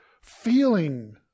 feeling